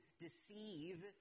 deceive